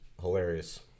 hilarious